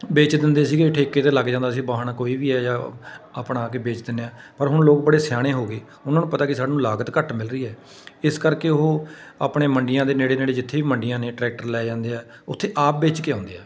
ਵੇਚ ਦਿੰਦੇ ਸੀਗੇ ਠੇਕੇ 'ਤੇ ਲੱਗ ਜਾਂਦਾ ਸੀ ਵਾਹੁਣ ਕੋਈ ਵੀ ਅਜਿਹਾ ਅਪਣਾ ਕੇ ਵੇਚ ਦਿੰਦੇ ਹਾਂ ਪਰ ਹੁਣ ਲੋਕ ਬੜੇ ਸਿਆਣੇ ਹੋ ਗਏ ਉਹਨਾਂ ਨੂੰ ਪਤਾ ਕਿ ਸਾਨੂੰ ਲਾਗਤ ਘੱਟ ਮਿਲ ਰਹੀ ਹੈ ਇਸ ਕਰਕੇ ਉਹ ਆਪਣੇ ਮੰਡੀਆਂ ਦੇ ਨੇੜੇ ਨੇੜੇ ਜਿੱਥੇ ਵੀ ਮੰਡੀਆਂ ਨੇ ਟਰੈਕਟਰ ਲੈ ਜਾਂਦੇ ਆ ਉੱਥੇ ਆਪ ਵੇਚ ਕੇ ਆਉਂਦੇ ਆ